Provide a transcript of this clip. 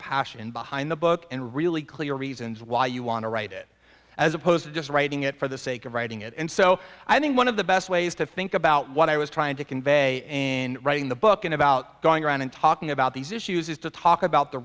passion behind the book and really clear reasons why you want to write it as opposed to just writing it for the sake of writing it and so i think one of the best ways to think about what i was trying to convey in writing the book and about going around and talking about these issues is to talk about the